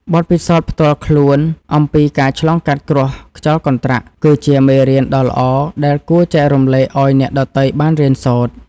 បទពិសោធន៍ផ្ទាល់ខ្លួនអំពីការឆ្លងកាត់គ្រោះខ្យល់កន្ត្រាក់ គឺជាមេរៀនដ៏ល្អដែលគួរចែករំលែកឱ្យអ្នកដទៃបានរៀនសូត្រ។